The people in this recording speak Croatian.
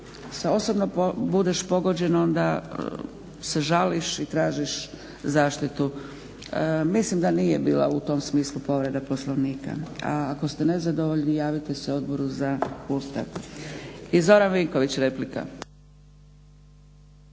osobno budeš pogođen onda se žališ i tražiš zaštitu. Mislim da nije bila u tom smislu povreda Poslovnika, a ako ste nezadovoljni javite se Odboru za Ustav. I Zoran Vinković, replika.